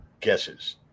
guesses